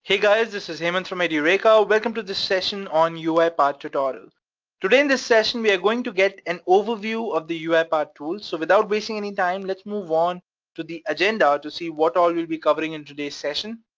hey guys, this is hemant from edureka. welcome to this session on uipath tutorial. today in this session we are going to get an overview of the uipath tools. so without wasting any time, let's move on to the agenda to see what i will be covering in today's session.